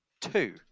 two